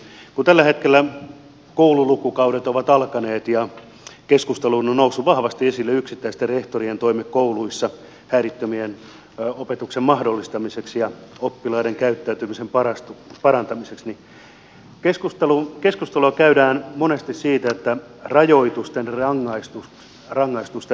kun tällä hetkellä koululukukaudet ovat alkaneet ja keskusteluun ovat nousseet vahvasti esille yksittäisten rehtorien toimet kouluissa häiriöttömän opetuksen mahdollistamiseksi ja oppilaiden käyttäytymisen parantamiseksi niin keskustelua käydään monesti rajoituksista rangaistuksista